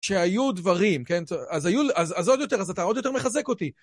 שהיו דברים, כן? אז היו, אז עוד יותר, אז אתה עוד יותר מחזק אותי.